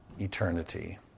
eternity